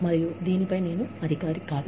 మరియు దీనిపై నేను అధికారి కాదు